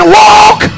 walk